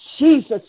Jesus